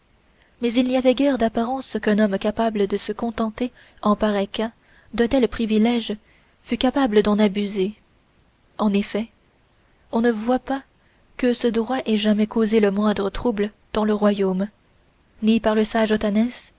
mais il n'y avait guère d'apparence qu'un homme capable de se contenter en pareil cas d'un tel privilège fût capable d'en abuser en effet on ne voit pas que ce droit ait jamais causé le moindre trouble dans le royaume ni par le sage